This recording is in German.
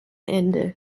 ende